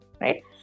right